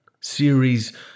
series